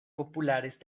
populares